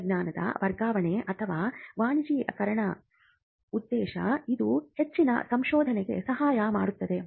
ತಂತ್ರಜ್ಞಾನದ ವರ್ಗಾವಣೆ ಅಥವಾ ವಾಣಿಜ್ಯೋದ್ಯಮೀಕರಣದ ಉದ್ದೇಶ ಇದು ಹೆಚ್ಚಿನ ಸಂಶೋಧನೆಗೆ ಸಹಾಯ ಮಾಡುತ್ತದೆ